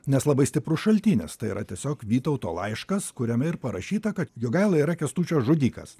nes labai stiprus šaltinis tai yra tiesiog vytauto laiškas kuriame ir parašyta kad jogaila yra kęstučio žudikas